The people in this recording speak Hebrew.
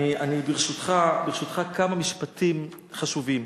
אני, ברשותך, כמה משפטים חשובים.